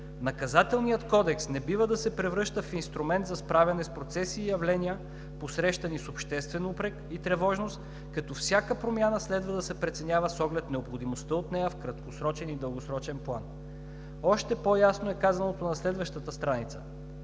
Наказателният кодекс не бива да се превръща в инструмент за справяне с процеси и явления, посрещани с обществен упрек и тревожност, като всяка промяна следва да се преценява с оглед необходимостта от нея в краткосрочен и дългосрочен план.“ Още по-ясно е казаното на следващата страница: